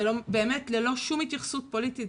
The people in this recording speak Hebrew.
זה באמת ללא שום התייחסות פוליטית,